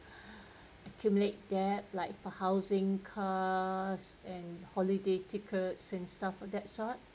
accumulate debt like for housing cars and holiday tickets and stuff of that sort